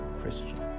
Christian